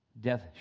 Death